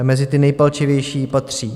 Mezi ty nejpalčivější patří: